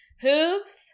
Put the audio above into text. Hooves